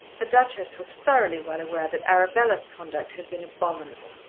the duchess was thoroughly well aware that arabella's conduct had been abominable.